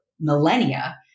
millennia